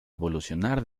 evolucionar